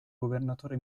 governatore